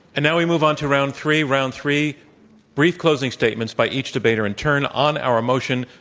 and now we move on to round three. round three brief closing statements by each debater in turn, on our motion,